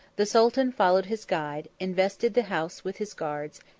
the sultan followed his guide, invested the house with his guards,